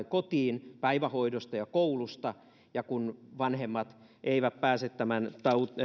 kotiin päivähoidosta ja koulusta ja kun vanhemmat eivät pääse tämän